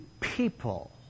people